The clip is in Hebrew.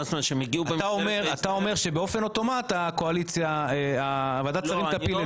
אתה אומר שבאופן אוטומט ועדת השרים תפיל את זה.